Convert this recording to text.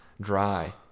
dry